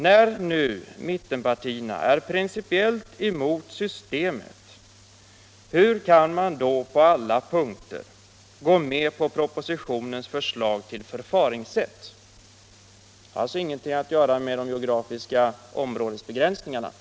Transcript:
Hur kan mittenpartierna på alla punkter gå med på propositionens förslag till förfaringssätt när man principiellt är emot systemet? Detta har ingenting att göra med de geografiska områdesbegränsningarna.